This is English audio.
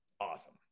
Awesome